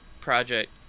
project